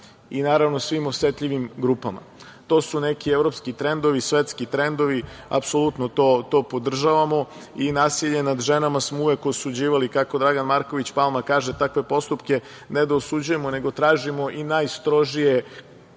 i naravno svim osetljivim grupama, to su neki evropski trendovi, svetski trendovi, apsolutno to podržavamo, nasilje nad ženama smo uvek osuđivali kako Dragan Marković Palma kaže, takve postupke ne da osuđujemo nego tražimo i najstrožije